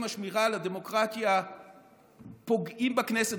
השמירה על הדמוקרטיה פוגעים בכנסת,